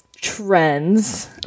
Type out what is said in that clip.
trends